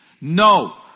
No